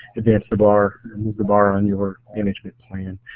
advance the bar, and move the bar on your management plan.